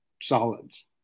solids